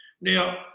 Now